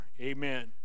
Amen